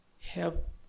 help